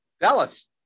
Dallas